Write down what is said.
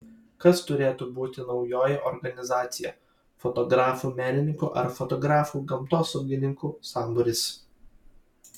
kas turėtų būti naujoji organizacija fotografų menininkų ar fotografų gamtosaugininkų sambūris